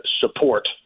support